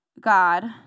God